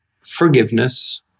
Forgiveness